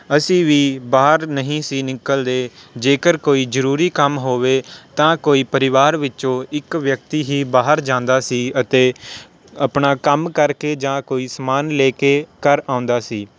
ਅਸੀਂ ਵੀ ਬਾਹਰ ਨਹੀਂ ਸੀ ਨਿਕਲਦੇ ਜੇਕਰ ਕੋਈ ਜ਼ਰੂਰੀ ਕੰਮ ਹੋਵੇ ਤਾਂ ਕੋਈ ਪਰਿਵਾਰ ਵਿੱਚੋ ਇੱਕ ਵਿਅਕਤੀ ਹੀ ਬਾਹਰ ਜਾਂਦਾ ਸੀ ਅਤੇ ਆਪਣਾ ਕੰਮ ਕਰਕੇ ਜਾਂ ਕੋਈ ਸਮਾਨ ਲੈ ਕੇ ਘਰ ਆਉਂਦਾ ਸੀ